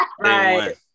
Right